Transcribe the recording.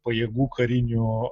pajėgų karinių